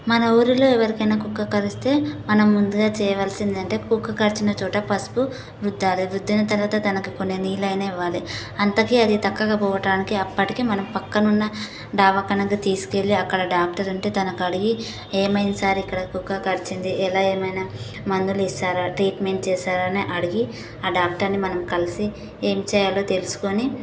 మన ఊరిలో ఎవరికైనా కుక్క కరిస్తే మనం ముందుగా చేయవలసింది ఏంటంటే కుక్క కరిచిన చోట పసుపు రుద్దాలి రుద్దిన తరువాత తనకి కొన్ని నీళ్ళు అయినా ఇవ్వాలి అంతకి అది తక్క తగ్గకపోవడానికి అప్పటికి మనం ప్రక్కనున్న దవాఖానకు తీసుకెళ్ళి అక్కడ డాక్టరు ఉంటే తనకి అడిగి ఏమైంది సార్ ఇక్కడ కుక్క కరిచింది ఎలా ఏమైనా మందులు ఇస్తారా ట్రీట్మెంట్ చేస్తారా అని అడిగి ఆ డాక్టర్ని మనం కలిసి ఏం చేయాలో తెలుసుకొని